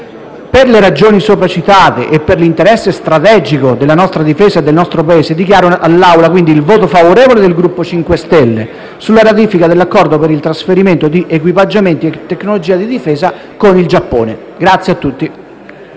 Per le ragioni sopra citate e per l'interesse strategico della nostra difesa e del nostro Paese, dichiaro all'Assemblea il voto favorevole del Gruppo MoVimento 5 Stelle sulla ratifica dell'Accordo per il trasferimento di equipaggiamenti e tecnologia di difesa con il Giappone. *(Applausi